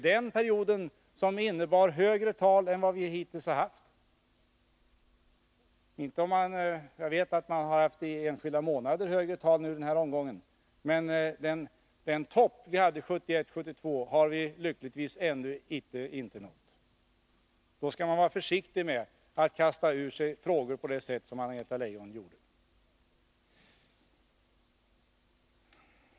Den perioden innebar högre arbetslöshetstal än vi haft sedan 1976 — jag vet att man har haft det enskilda månader under den här omgången, men den topp vi hade 1971-1972 har vi lyckligtvis ännu inte nått. Då skall man vara försiktig med att kasta ur sig frågor på det sätt som Anna-Greta Leijon gjorde.